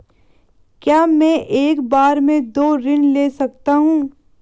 क्या मैं एक बार में दो ऋण ले सकता हूँ?